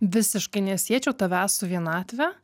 visiškai nesiečiau tavęs su vienatve